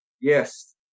Yes